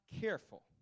careful